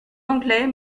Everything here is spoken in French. anglais